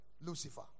Lucifer